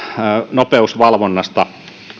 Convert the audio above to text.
nopeusvalvonnasta